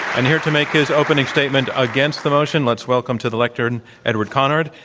and here to make his opening statement against the motion let's welcome to the lectern edward conard.